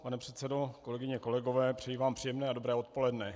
Pane předsedo, kolegyně a kolegové, přeji vám příjemné a dobré odpoledne.